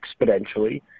exponentially